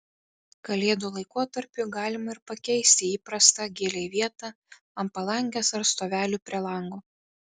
kalėdų laikotarpiui galima ir pakeisti įprastą gėlei vietą ant palangės ar stovelių prie lango